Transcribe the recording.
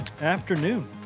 afternoon